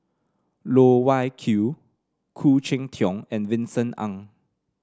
Loh Wai Kiew Khoo Cheng Tiong and Vincent Ng